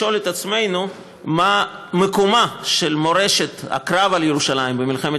לשאול את עצמנו מה מקומה של מורשת הקרב על ירושלים במלחמת